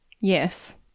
Yes